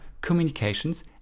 Communications